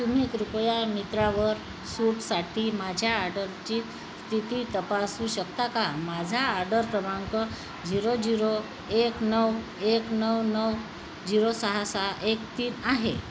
तुम्ही कृपया मित्रावर सूटसाठी माझ्या आर्डरची स्थिती तपासू शकता का माझा आर्डर क्रमांक झिरो झिरो एक नऊ एक नऊ नऊ झिरो सहा सहा एक तीन आहे